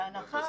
כל